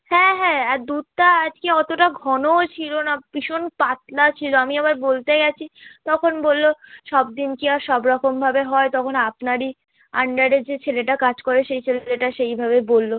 হ্যাঁ হ্যাঁ আর দুধটা আজকে অতোটাও ঘনও ছিলো না ভিষণ পাতলা ছিলো আমি আবার বলতে গেছি তখন বললো সব দিন কি আর সব রকমভাবে হয় তখন আপনারই আন্ডারে যে ছেলেটা কাজ করে সেই ছেলেটা সেইভাবে বললো